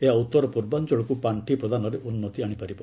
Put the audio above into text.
ଏହା ଉତ୍ତର ପୂର୍ବାଞ୍ଚଳକୁ ପାର୍ଷି ପ୍ରଦାନରେ ଉନ୍ନତି ଆଶିପାରିବ